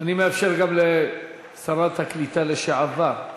אני מאפשר גם לשרת הקליטה לשעבר,